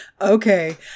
Okay